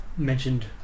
Mentioned